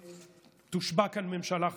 תושבע כאן ממשלה חדשה.